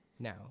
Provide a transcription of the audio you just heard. now